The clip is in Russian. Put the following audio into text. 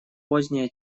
позднее